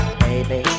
baby